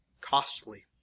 costly